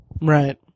Right